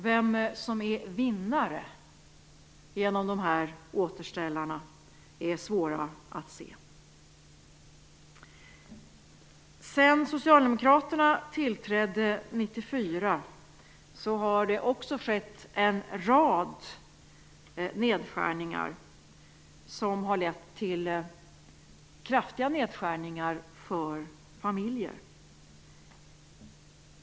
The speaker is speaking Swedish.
Vem som är vinnare genom dessa återställare är svårt att se. Sedan Socialdemokraterna tillträdde 1994 har det också skett en rad nedskärningar som har lett till kraftiga nedskärningar för familjer.